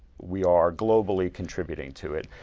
we are globally contributing to it.